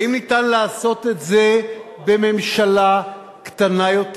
האם ניתן לעשות את זה בממשלה קטנה יותר?